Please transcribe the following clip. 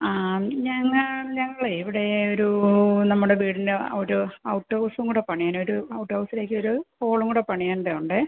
ആ ഞങ്ങൾ ഞങ്ങൾ ഇവിടെ ഒരു നമ്മുടെ വീടിൻ്റെ അവിടെ ഔട്ട് ഹൗസും കൂടെ പണിയാനൊരു ഔട്ട് ഹൗസിലേക്കൊരു ഹോളും കൂടെ പണിയണ്ടത് ഉണ്ടേ